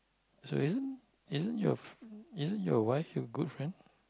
so isn't isn't your f~ wife your good friend